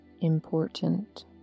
important